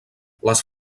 les